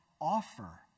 offer